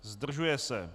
Zdržuje se.